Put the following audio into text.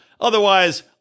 Otherwise